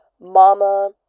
mama